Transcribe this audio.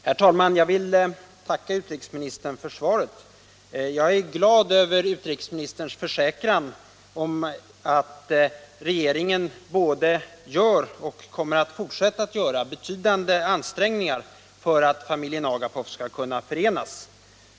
Herr talman! Jag vill tacka utrikesministern för svaret på min fråga. Jag är glad över utrikesministerns försäkran om att regeringen både gör och kommer att fortsätta att göra betydande ansträngningar för att familjen Agapov skall kunna förenas.